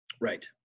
Right